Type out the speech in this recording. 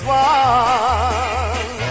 one